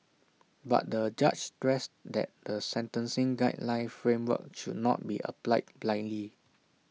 but the judge stressed that the sentencing guideline framework should not be applied blindly